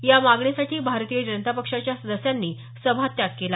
या मागणीसाठी भारतीय जनता पक्षाच्या सदस्यांनी सभात्याग केला